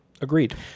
Agreed